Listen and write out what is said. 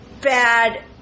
bad